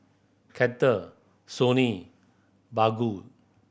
Kettle Sony Baggu